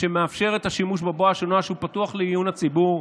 שמאפשר את השימוש בבואש הוא נוהל שפתוח לעיון הציבור.